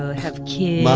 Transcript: have kid? mom,